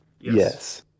Yes